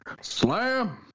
Slam